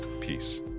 peace